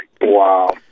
Wow